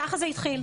ככה זה התחיל.